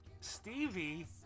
Stevie